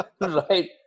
Right